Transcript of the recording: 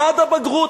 עד הבגרות.